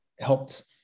helped